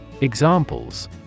Examples